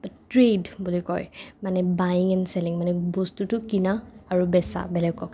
trade বুলি কয় মানে বাইং এণ্ড চেলিং মানে বস্তুটোতো কিনা আৰু বেচা বেলেগক